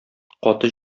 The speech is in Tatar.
каты